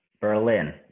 Berlin